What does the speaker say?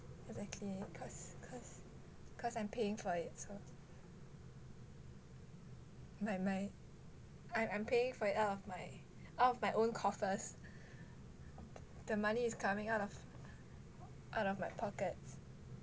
exactly cause cause cause I'm paying for it so my my I'm I'm paying for it out of my out of my own coffers the money is coming out of out of my pockets